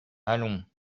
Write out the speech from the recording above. allons